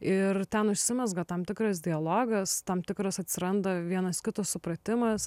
ir ten užsimezga tam tikras dialogas tam tikras atsiranda vienas kito supratimas